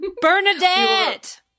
bernadette